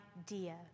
idea